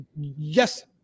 yes